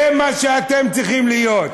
זה מה שאתם צריכים להיות.